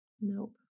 Nope